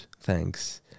Thanks